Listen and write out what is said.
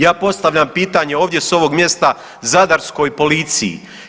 Ja postavljam pitanje ovdje s ovog mjesta zadarskoj policiji.